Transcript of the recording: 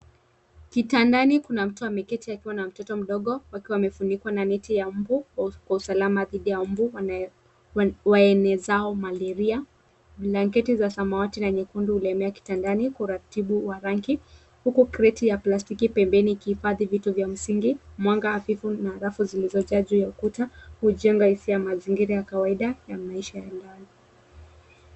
Kitandani kuna mtu ameketi akiwa na mtoto mdogo, wakiwa wamefunikwa na neti ya mbu kwa usalama dhidi ya mbu waenezao malaria. Blanketi za samawati na nyekundu laenea kitandani kuratibu wa rangi, huku kreti ya plastiki pembeni ikihifadhi vitu vya msingi. Mwanga hafifu na rafu zilizojaa juu ya ukuta hujenga hisia ya mazingira ya kawaida na maisha ya ndani.